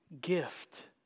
gift